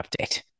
update